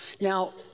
Now